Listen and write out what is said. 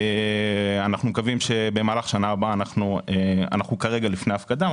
אנחנו כרגע לפני הפקדה,